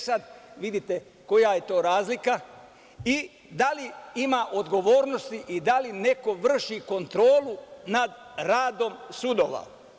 Sad, vidite koja je to razlika, i da li ima odgovornosti i da li neko vrši kontrolu nad radom sudova?